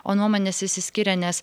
o nuomonės išsiskyrė nes